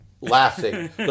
laughing